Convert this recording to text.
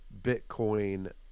Bitcoin